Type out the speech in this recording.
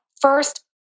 first